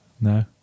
No